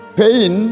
pain